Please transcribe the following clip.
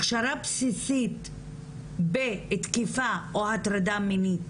הכשרה בסיסית בתקיפה או הטרדה מינית